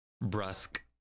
brusque